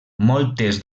moltes